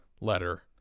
letter